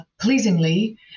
pleasingly